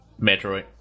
Metroid